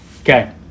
Okay